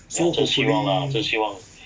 so hopefully